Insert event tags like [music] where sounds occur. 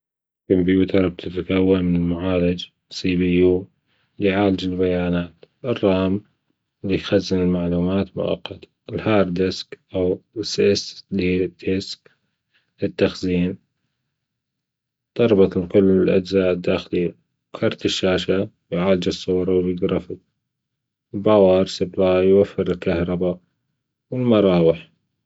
الكمبيوتر تتكون من معالج سيبي يو اللي يعالج البيانات الرام بيخزن المعلومات مؤقت الهارد دسك أو [unintelligible] للتخزين نربطهم كل الأجزاء الداخلية كارت الشاشة يعالج الصور والجرافيك الباور سبلاي يوفر الكهرباء والمراوح.